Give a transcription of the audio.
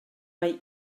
mae